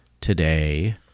today